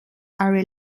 are